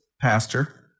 pastor